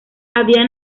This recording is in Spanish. había